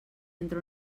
entre